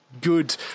good